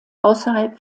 außerhalb